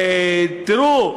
תראו,